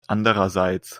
andererseits